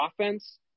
offense